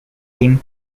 team